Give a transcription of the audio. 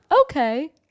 Okay